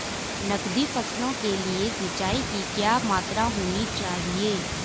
नकदी फसलों के लिए सिंचाई की क्या मात्रा होनी चाहिए?